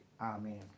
Amen